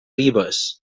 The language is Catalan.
ribes